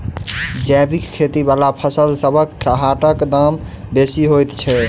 जैबिक खेती बला फसलसबक हाटक दाम बेसी होइत छी